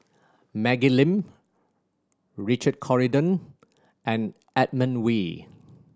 Maggie Lim Richard Corridon and Edmund Wee